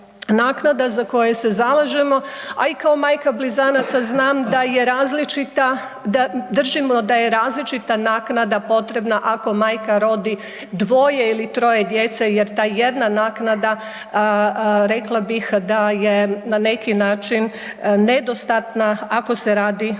naknada za koje se zalažemo, a i kao majka blizanaca znam da je različita, držimo da je različita naknada potrebna ako majka rodi dvoje ili troje djece jer ta jedna naknada, rekla bih da je na neki način nedostatna ako se radi o